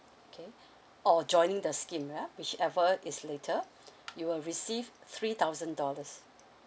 okay or joining the scheme ya whichever is later you will receive three thousand dollars